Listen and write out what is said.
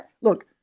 Look